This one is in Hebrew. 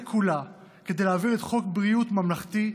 כולה כדי להעביר את חוק בריאות ממלכתי,